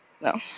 No